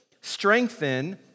strengthen